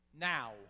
now